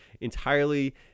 entirely